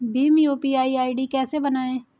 Bhim UPI ID कैसे बनाएं?